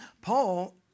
Paul